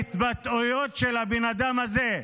להתבטאויות של הבן אדם הזה.